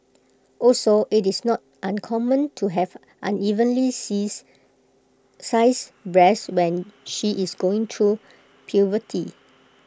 also IT is not uncommon to have unevenly seize sized breasts when she is going to puberty